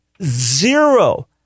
Zero